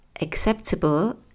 acceptable